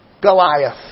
Goliath